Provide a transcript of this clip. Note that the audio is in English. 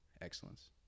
excellence